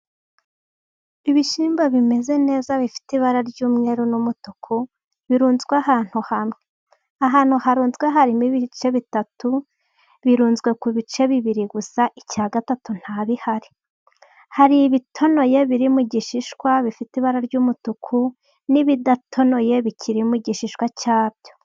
Ibishyimbo bimeze neza bifite ibara ry'umweru n'umutuku birunzwe ahantu hamwe, ahantu harunzwe harimo ibice bitatu birunzwe ku bice bibiri gusa, icya gatatu nta bihari hari ibitonoye biri mu gishishwa bifite ibara ry'umutuku, n'ibidatonoye bikiri mu gishishwa cyabyo.